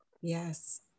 Yes